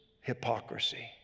hypocrisy